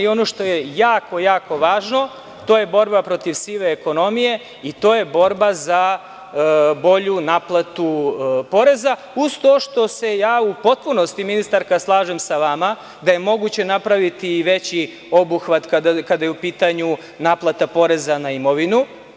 Ono što je jako, jako važno, to je borba protiv sive ekonomije i to je borba za bolju naplatu poreza, uz to što se u potpunosti, ministarka, slažem sa vama da je moguće napraviti i veći obuhvat kada je u pitanju naplata poreza na imovinu.